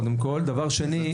דבר שני,